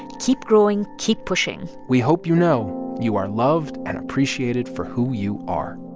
keep growing. keep pushing we hope you know you are loved and appreciated for who you are